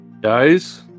Guys